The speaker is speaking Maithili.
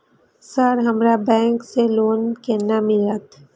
सर हमरा बैंक से लोन केना मिलते?